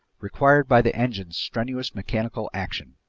required by the engine's strenuous mechanical action.